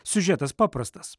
siužetas paprastas